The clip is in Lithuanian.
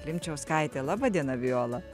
klimčiauskaitė laba diena viola